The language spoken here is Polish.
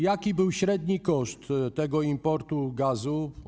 Jaki był średni koszt tego importu gazu?